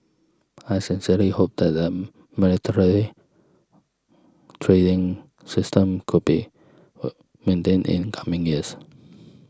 I sincerely hope that the military trading system could be maintained in coming years